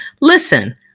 Listen